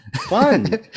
fun